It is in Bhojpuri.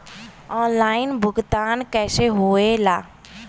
ऑनलाइन भुगतान कैसे होए ला?